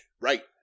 right